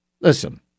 Listen